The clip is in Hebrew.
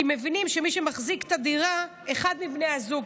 כי מבינים שמי שמחזיק את הדירה אחד מבני הזוג,